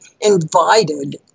invited